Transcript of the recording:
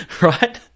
right